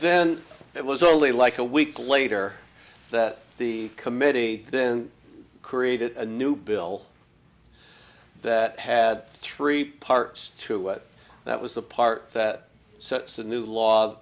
then it was only like a week later that the committee then created a new bill that had three parts to it that was the part that sets the new law